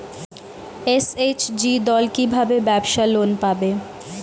SHG দল কী ভাবে ব্যাবসা লোন পাবে?